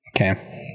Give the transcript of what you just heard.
Okay